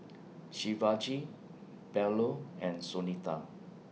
Shivaji Bellur and Sunita